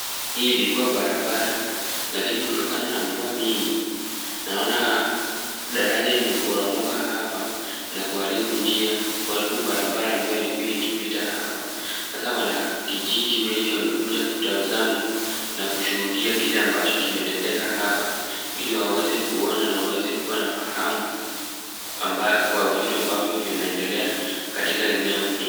Hii ilikua barabara lakini kutokana na mvua mingi naona daraja imeporomoka hapa na kuharibu njia kuharibu barabara ambayo iliyokuwa ikipita hapa. Sasa wanakijiji wengi wamekuja kutazama na kushuhudia kile ambacho kimetendeka hapa ili waweze kuona na waweze kuwa na fahamu kwa vitu ambavyo vinaendelea katika eneo hili.